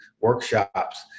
workshops